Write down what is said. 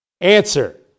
Answer